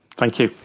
thank you.